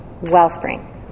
Wellspring